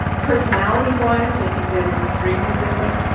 personality-wise i think they were extremely different.